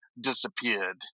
disappeared